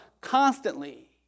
constantly